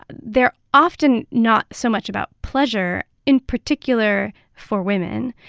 they're often not so much about pleasure in particular for women.